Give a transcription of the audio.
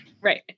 Right